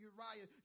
Uriah